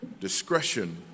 Discretion